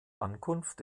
ankunft